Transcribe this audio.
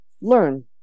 learn